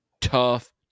Tough